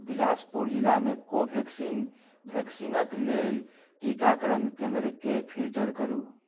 बिलासपुर जिलामे कोवैक्सीन वैक्सीनके लेल टीकाकरण केन्द्रके फिल्टर करू